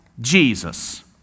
Jesus